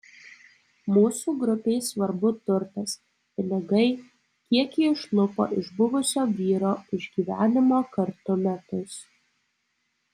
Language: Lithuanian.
mūsų grupei svarbu turtas pinigai kiek ji išlupo iš buvusio vyro už gyvenimo kartu metus